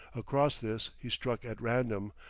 across this he struck at random,